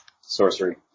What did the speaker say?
Sorcery